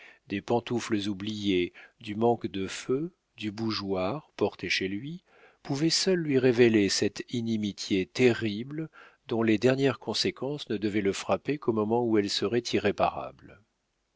des pantoufles oubliées du manque de feu du bougeoir porté chez lui pouvaient seules lui révéler cette inimitié terrible dont les dernières conséquences ne devaient le frapper qu'au moment où elles seraient irréparables